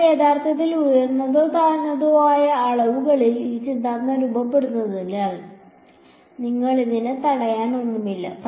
എന്നാൽ യഥാർത്ഥത്തിൽ ഉയർന്നതോ താഴ്ന്നതോ ആയ അളവുകളിൽ ഈ സിദ്ധാന്തം രൂപപ്പെടുത്തുന്നതിൽ നിന്ന് നിങ്ങളെ തടയാൻ ഒന്നുമില്ല